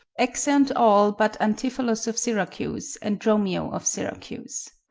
exeunt all but antipholus of syracuse and dromio of syracuse